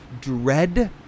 dread